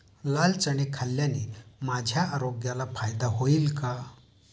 लाल चणे खाल्ल्याने माझ्या आरोग्याला फायदा होईल का?